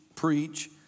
preach